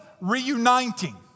reuniting